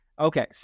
Okay